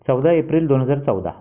चौदा एप्रिल दोन हजार चौदा